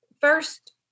first